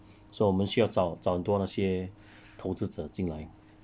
so 我们需要找找很多那些投资者进来